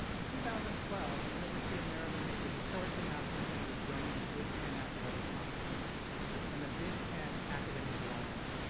in two thousand and twelve, the university of maryland made the historic announcement that it was joining the big ten athletic conference and the big ten academic alliance,